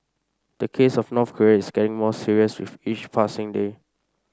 the case of North Korea is getting more serious with each passing day